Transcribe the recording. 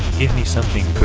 give me something